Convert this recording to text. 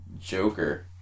Joker